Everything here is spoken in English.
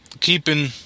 keeping